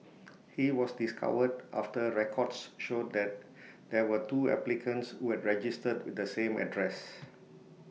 he was discovered after records showed that there were two applicants who had registered with the same address